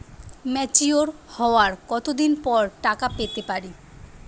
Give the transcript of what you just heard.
Mature হওয়ার কত দিন পর টাকা পেতে পারি?